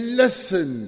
listen